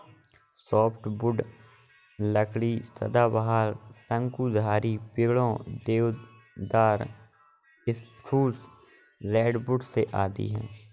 softwood लकड़ी सदाबहार, शंकुधारी पेड़ों, देवदार, स्प्रूस, रेडवुड से आती है